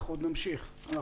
אנחנו נמשיך.